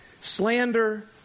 slander